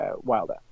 wilder